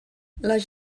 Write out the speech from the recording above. les